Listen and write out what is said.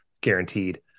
guaranteed